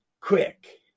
quick